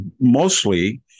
mostly